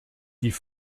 die